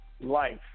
Life